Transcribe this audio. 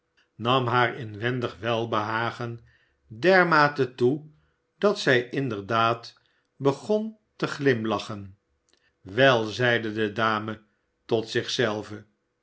nam haar inwendig welbehagen dermate toe dat zij inderdaad begon te glimlachen wel zeide de dame tot